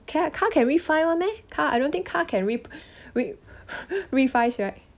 ca~ car can refi [one] meh car I don't think car can rep~ re~ refi right